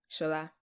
Shola